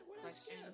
question